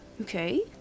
Okay